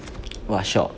what shop